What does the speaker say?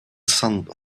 sun